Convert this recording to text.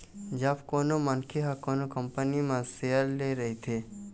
जब कोनो मनखे ह कोनो कंपनी म सेयर ले रहिथे